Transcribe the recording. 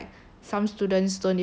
some students don't even have like